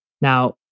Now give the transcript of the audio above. Now